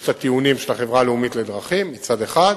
יש הטיעונים של החברה הלאומית לדרכים, מצד אחד,